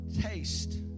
taste